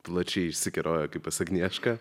plačiai išsikeroję kaip pas agniešką